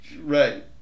Right